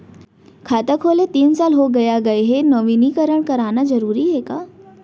खाता खुले तीन साल हो गया गये हे नवीनीकरण कराना जरूरी हे का?